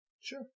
Sure